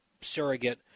surrogate